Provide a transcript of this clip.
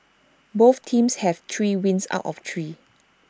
both teams have three wins out of three